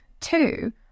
Two